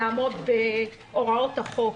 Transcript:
לעמוד בהוראות החוק.